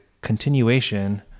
continuation